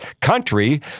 country